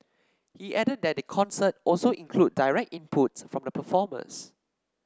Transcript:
he added that the concert also included directinputs from the performers